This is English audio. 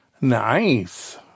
Nice